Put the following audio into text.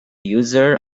user